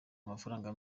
amafaranga